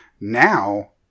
now